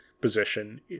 position